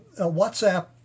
WhatsApp